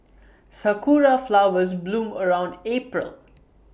Sakura Flowers bloom around April